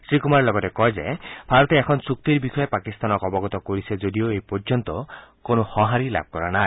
শ্ৰীকুমাৰে লগতে কয় যে ভাৰতে এখন চুক্তিৰ বিষয়ে পাকিস্তানক অৱগত কৰিছে যদিও এইপৰ্যন্ত কোনো সঁহাৰি লাভ কৰা নাই